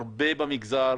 הרבה במגזר